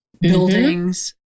buildings